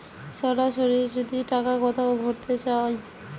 সরাসরি যদি টাকা কোথাও ভোরতে চায়